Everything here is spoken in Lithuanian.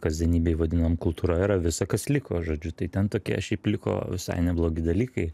kasdienybėj vadinam kultūra yra visa kas liko žodžiu tai ten tokie šiaip liko visai neblogi dalykai